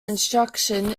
instruction